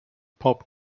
pop